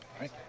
right